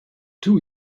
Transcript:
two